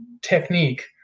technique